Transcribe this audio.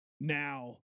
now